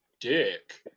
dick